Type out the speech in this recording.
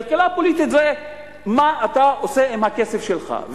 כלכלה פוליטית זה מה אתה עושה עם הכסף שלך,